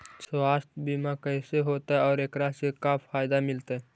सवासथ बिमा कैसे होतै, और एकरा से का फायदा मिलतै?